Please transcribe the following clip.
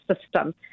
system